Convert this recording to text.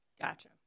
Gotcha